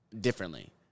differently